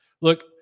look